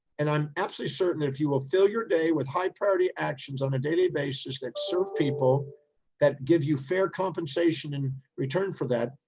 and i'm absolutely certain. if you will fill your day with high priority actions on a daily basis, that serve people that gives you fair compensation in return for that,